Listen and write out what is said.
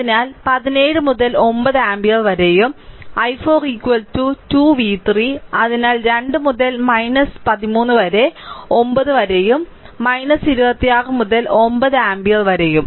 അതിനാൽ 17 മുതൽ 9 ആമ്പിയർ വരെയും i4 2 v3 അതിനാൽ 2 മുതൽ 13 വരെ 9 വരെയും 26 മുതൽ 9 ആമ്പിയർ വരെയും